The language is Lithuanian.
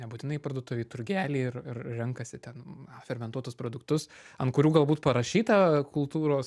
nebūtinai į parduotuvę į turgelį ir ir renkasi ten fermentuotus produktus ant kurių galbūt parašyta kultūros